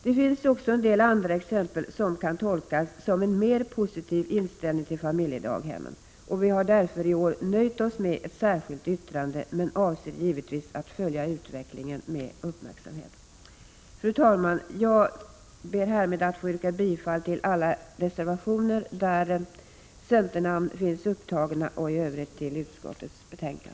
Det finns också en del andra exempel som kan tolkas som en mer positiv inställning till familjedaghemmen. Vi har därför i år nöjt oss med ett särskilt yttrande men avser givetvis att följa utvecklingen med uppmärksamhet. Fru talman! Jag ber härmed att få yrka bifall till alla reservationer med centernamn och i övrigt till utskottets hemställan.